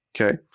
Okay